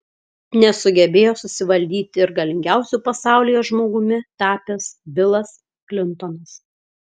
nesugebėjo susivaldyti ir galingiausiu pasaulyje žmogumi tapęs bilas klintonas